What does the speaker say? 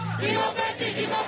Democracy